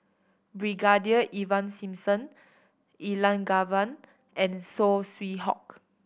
Brigadier Ivan Simson Elangovan and Saw Swee Hock